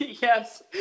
Yes